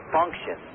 function